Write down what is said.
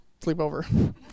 sleepover